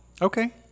Okay